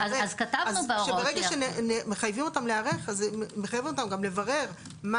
שברגע שמחייבים אותם להיערך אז זה מחייב אותם גם לברר מה